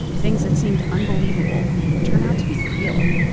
things that seemed unbelievable, but turned out to be real.